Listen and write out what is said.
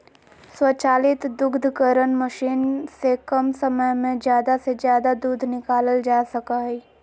स्वचालित दुग्धकरण मशीन से कम समय में ज़्यादा से ज़्यादा दूध निकालल जा सका हइ